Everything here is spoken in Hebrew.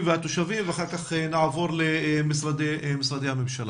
ולאחר מכן נעבור למשרדי הממשלה.